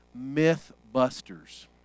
Mythbusters